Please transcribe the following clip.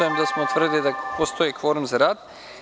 da smo utvrdili da postoji kvorum za rad.